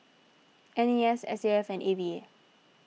N A S S A F and A V A